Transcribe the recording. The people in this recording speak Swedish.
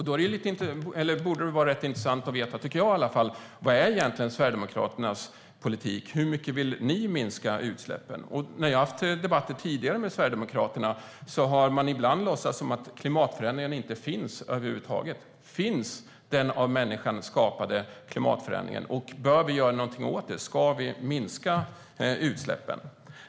Då skulle det vara ganska intressant att få veta vad Sverigedemokraternas politik är egentligen. Med hur mycket vill ni minska utsläppen? När jag har haft debatter med Sverigedemokraterna tidigare har de ibland låtsats som att klimatförändringarna inte finns över huvud taget. Finns den av människan skapade klimatförändringen? Och bör vi göra någonting åt det? Ska vi minska utsläppen?